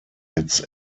its